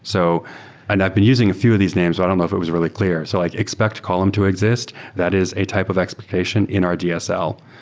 so and i've been using a few of these names. i don't know if it was really clear, so like expect column to exist. that is a type of expectation in our dsl.